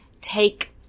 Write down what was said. take